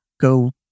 go